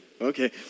okay